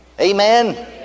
Amen